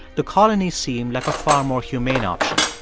the colony seemed like a far more humane option.